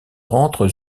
rendre